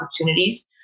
opportunities